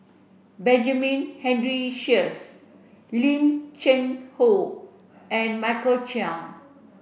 Benjamin Henry Sheares Lim Cheng Hoe and Michael Chiang